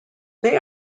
they